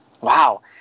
Wow